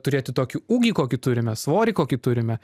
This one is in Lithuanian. turėti tokį ūgį kokį turime svorį kokį turime